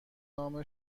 نام